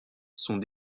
sont